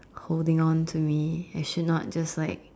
holding on to me and should not just like